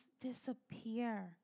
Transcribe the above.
disappear